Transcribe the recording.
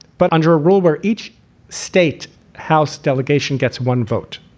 but under a rule where each state house delegation gets one vote,